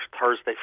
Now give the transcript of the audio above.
Thursday